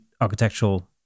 architectural